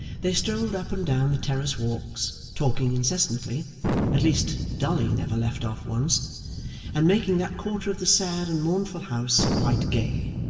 they strolled up and down the terrace walks, talking incessantly at least, dolly never left off once and making that quarter of the sad and mournful house quite gay.